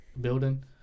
building